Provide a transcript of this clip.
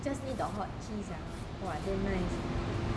just need the hot cheese !wah! damn nice